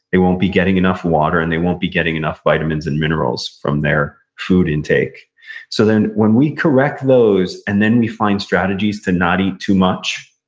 they won't be getting enough water, and they won't be getting enough vitamins and minerals from their food intake so then when we correct those, and then we find strategies to not eat too much,